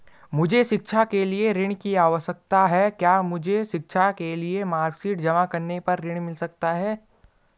मुझे शिक्षा के लिए ऋण की आवश्यकता है क्या मुझे शिक्षा के लिए मार्कशीट जमा करने पर ऋण मिल सकता है?